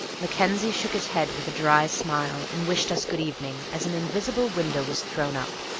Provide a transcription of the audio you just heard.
mackenzie shook his head with a dry smile, and wished us good evening as an invisible window was thrown up,